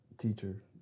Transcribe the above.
teacher